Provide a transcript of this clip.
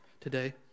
today